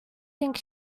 think